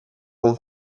con